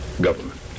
government